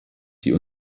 die